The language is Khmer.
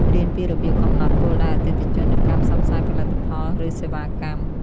រៀនពីរបៀបកំណត់គោលដៅអតិថិជន និងការផ្សព្វផ្សាយផលិតផលឬសេវាកម្ម។